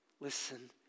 Listen